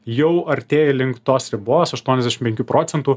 jau artėja link tos ribos aštuoniasdešim penkių procentų